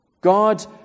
God